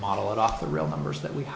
model it off the real numbers that we